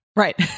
Right